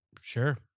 Sure